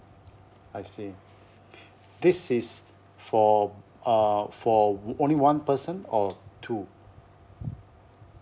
I see this is for uh for only one person or two